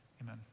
amen